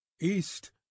East